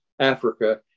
Africa